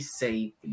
safe